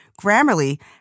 Grammarly